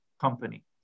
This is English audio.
company